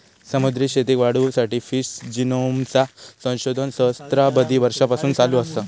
समुद्री शेतीक वाढवुसाठी फिश जिनोमचा संशोधन सहस्त्राबधी वर्षांपासून चालू असा